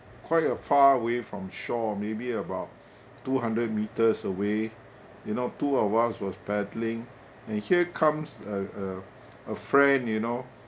quiet a far away from shore maybe about two hundred metres away you know two of us was paddling and here comes a a a friend you know